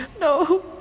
No